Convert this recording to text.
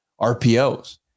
rpos